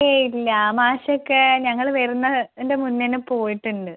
ഏയ് ഇല്ല മാഷൊക്കെ ഞങ്ങൾ വരുന്നതിൻ്റെ മുന്നേന്നെ പോയിട്ടുണ്ട്